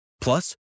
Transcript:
Plus